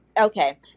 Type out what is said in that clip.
Okay